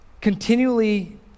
continually